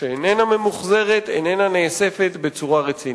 שאיננה ממוחזרת ואיננה נאספת בצורה רצינית.